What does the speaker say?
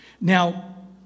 Now